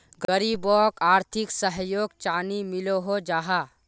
गरीबोक आर्थिक सहयोग चानी मिलोहो जाहा?